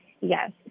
Yes